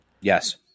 Yes